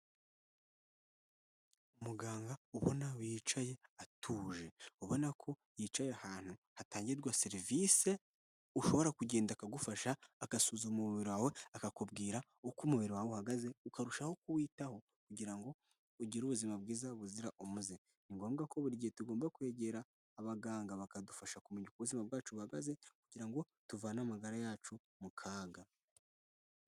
Muganga ubona yicaye atuje, ubona ko yicaye ahantu hatangirwa serivisi ushobora kugenda akagufasha agasuzuma umubiri wawe akakubwira uko umubiri wawe uhagaze, ukarushaho kuwitaho kugira ngo ugire ubuzima bwiza buzira umuze. Ni ngombwa ko buri gihe tugomba kwegera abaganga bakadufasha kumenya ubuzima bwacu buhagaze, kugira ngo tuvane amagara yacu mu kaga.